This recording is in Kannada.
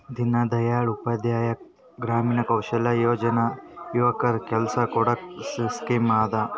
ದೀನ್ ದಯಾಳ್ ಉಪಾಧ್ಯಾಯ ಗ್ರಾಮೀಣ ಕೌಶಲ್ಯ ಯೋಜನಾ ಯುವಕರಿಗ್ ಕೆಲ್ಸಾ ಕೊಡ್ಸದ್ ಸ್ಕೀಮ್ ಅದಾ